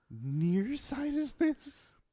Nearsightedness